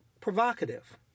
provocative